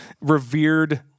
revered